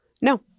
No